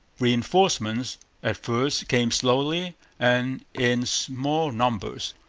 reinforcements at first came slowly and in small numbers.